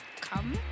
come